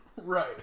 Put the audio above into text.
right